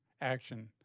action